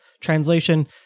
translation